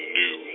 new